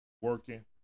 working